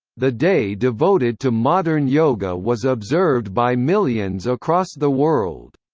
the day devoted to modern yoga was observed by millions across the world.